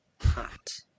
hot